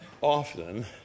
often